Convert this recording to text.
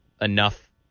enough